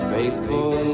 Faithful